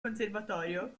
conservatorio